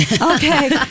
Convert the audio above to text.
Okay